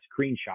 screenshot